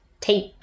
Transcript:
take